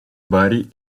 body